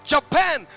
Japan